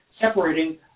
separating